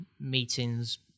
meetings